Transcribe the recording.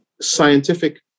scientific